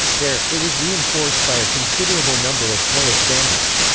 there, it was reinforced by a considerable number of polish bandits.